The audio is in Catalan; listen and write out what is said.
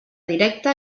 directe